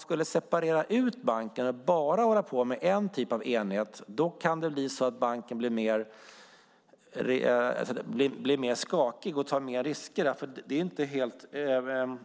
Skulle man separera ut och bara hålla på med en typ av enhet kan banken bli mer skakig och ta mer risker, för det är inte helt